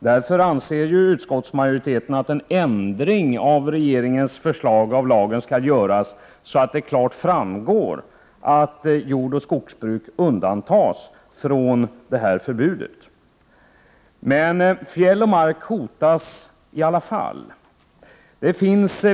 Därför anser ju utskottsmajoriteten att en ändring i regeringens förslag till lagen skall göras, så att det klart framgår att jordbruk och skogsbruk undantas från förbudet. Men fjäll och mark hotas i alla fall.